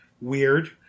weird